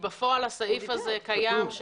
בפועל הסעיף הזה קיים,